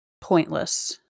pointless